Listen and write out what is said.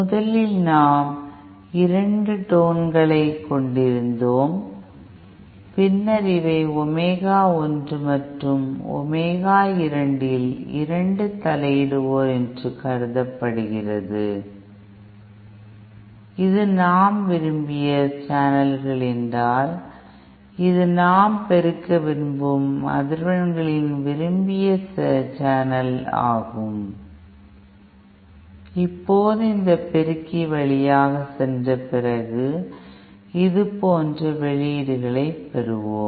முதலில் நம் 2 டோன்களைக் கொண்டிருந்தோம் பின்னர் இவை ஒமேகா ஒன்று மற்றும் ஒமேகா 2 இல் இரண்டு தலையிடுவோர் என்று கருதப்படுகிறது இது நாம் விரும்பிய சேனல்கள் என்றால் இது நாம் பெருக்க விரும்பும் அதிர்வெண்களின் விரும்பிய சேனல் ஆகும் இப்போது இந்த பெருக்கி வழியாக சென்ற பிறகு இது போன்ற வெளியீடுகளைப் பெறுவோம்